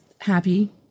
happy